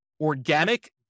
organic